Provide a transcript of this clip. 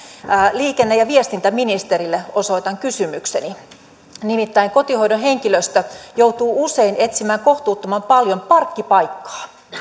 liikenne ja viestintäministerille osoitan kysymykseni nimittäin kotihoidon henkilöstö joutuu usein etsimään kohtuuttoman paljon parkkipaikkaa